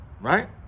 Right